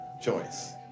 choice